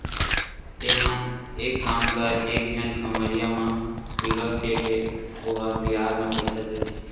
तेंहा एक काम कर एक झन खम्हरिया म बिलवा सेठ हे ओहा बियाज म पइसा देथे